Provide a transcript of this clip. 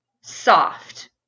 Soft